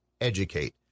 educate